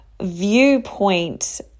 viewpoint